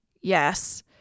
Yes